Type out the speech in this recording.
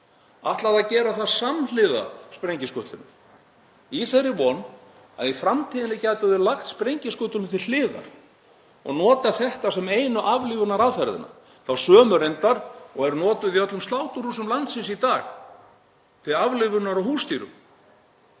ætlaði að gera það samhliða sprengiskutlunum í þeirri von að í framtíðinni gætum við lagt sprengjuskutulinn til hliðar og notað þetta sem einu aflífunaraðferðina, þá sömu reyndar og er notuð í öllum sláturhúsum landsins í dag til aflífunar á húsdýrum,